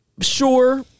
sure